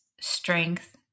strength